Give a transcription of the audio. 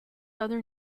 other